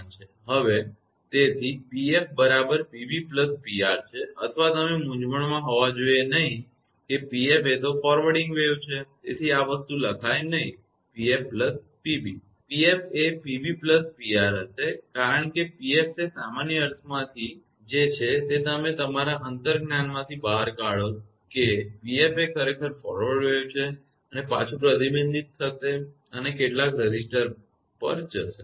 હવે તેથી 𝑃𝑓 બરાબર 𝑃𝑏𝑃𝑅 છે અથવા તમે મૂંઝવણમાં હોવા જોઈએ નહીં કે 𝑃𝑓 એ ફોરવર્ડ વેવ છે તેથી આ વસ્તુ લખાય નહીં 𝑃𝑓 𝑃𝑏 𝑃𝑓 એ 𝑃𝑏 𝑃𝑅 હશે કારણ કે 𝑃𝑓 તે સામાન્ય અર્થમાંથી છે જે તમે કરી શકો તમારા અંતર્જ્ઞાનમાંથી બહાર કાઢો કે 𝑃𝑓 એ ખરેખર ફોરવર્ડ વેવ છે કંઈક પાછું પ્રતિબિંબિત થશે અને કેટલાક રેઝિસ્ટર પર જશે